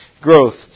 growth